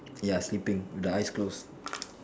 ya sleeping with the eyes close